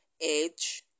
age